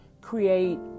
create